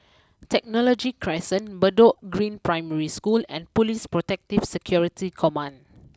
Technology Crescent Bedok Green Primary School and police Protective Security Command